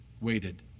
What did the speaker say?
waited